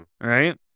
right